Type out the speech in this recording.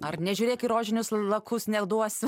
ar nežiūrėk į rožinius lakus neduosiu